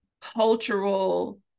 cultural